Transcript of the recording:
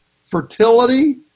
fertility